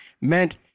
meant